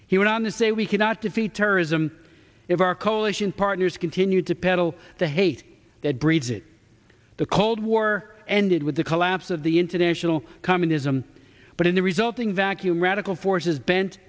he went on to say we cannot defeat terrorism if our coalition partners continue to peddle the hate that breeds it the cold war ended with the collapse of the international communism but in the resulting vacuum radical forces bent